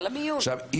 עכשיו,